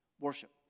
worship